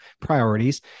priorities